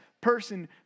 Person